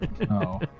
No